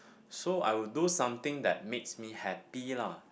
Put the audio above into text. so I would do something that makes me happy lah